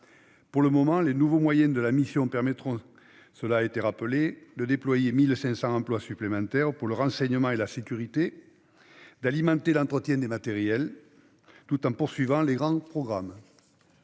Pour le moment, les nouveaux moyens de la mission permettront- cela a été rappelé -de déployer 1 500 emplois supplémentaires pour le renseignement et la sécurité, et d'alimenter l'entretien des matériels, tout en poursuivant les grands programmes.